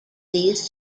these